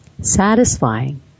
satisfying